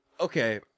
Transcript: Okay